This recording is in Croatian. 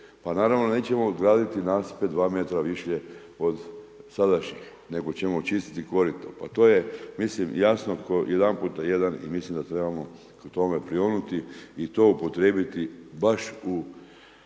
pa naravno nećemo graditi nasipe 2 metra višlje od sadašnjih nego ćemo čistiti korito. Pa to je, mislim jasno kao jedanputa jedan i mislim da trebamo ka tome prionuti i to upotrijebiti baš u